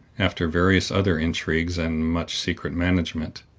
after various other intrigues and much secret management,